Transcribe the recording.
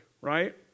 Right